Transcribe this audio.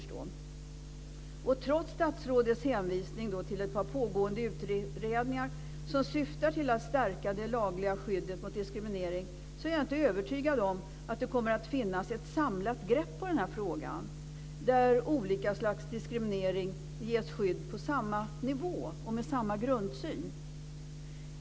Trots statsrådets hänvisning till ett par pågående utredningar som syftar till att stärka det lagliga skyddet mot diskriminering, är jag inte övertygad om att det kommer att finnas ett samlat grepp i den här frågan, där olika slags diskriminering ges skydd på samma nivå och med samma grundsyn.